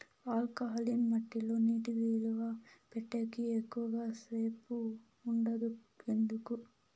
alkaline మట్టి లో నీటి నిలువ పెట్టేకి ఎక్కువగా సేపు ఉండదు ఎందుకు